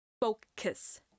Focus